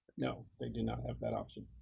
no, they do not have that option.